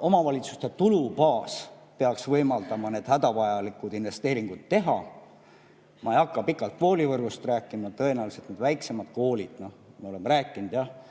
omavalitsuste tulubaas peaks võimaldama need hädavajalikud investeeringud teha. Ma ei hakka pikalt koolivõrgust rääkima. Tõenäoliselt väiksemad koolid – me oleme rääkinud, et